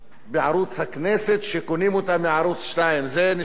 בערוץ הכנסת, שקונים אותה מערוץ-2, זה נשמע